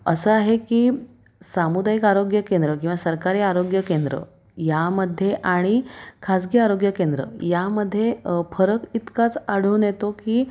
असं आहे की सामुदायिक आरोग्य केंद्र किंवा सरकारी आरोग्य केंद्र यामध्ये आणि खाजगी आरोग्य केंद्र यामध्ये फरक इतकाच आढळून येतो की